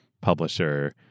publisher